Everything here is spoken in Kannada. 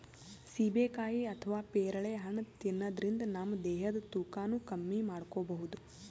ಸೀಬೆಕಾಯಿ ಅಥವಾ ಪೇರಳೆ ಹಣ್ಣ್ ತಿನ್ನದ್ರಿನ್ದ ನಮ್ ದೇಹದ್ದ್ ತೂಕಾನು ಕಮ್ಮಿ ಮಾಡ್ಕೊಬಹುದ್